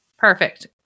Perfect